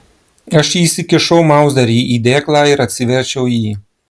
aš įsikišau mauzerį į dėklą ir atsiverčiau jį